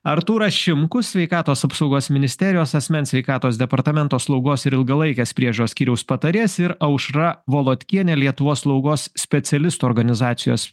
artūras šimkus sveikatos apsaugos ministerijos asmens sveikatos departamento slaugos ir ilgalaikės priežiūros skyriaus patarėjas ir aušra volodkienė lietuvos slaugos specialistų organizacijos